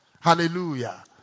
Hallelujah